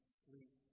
sleep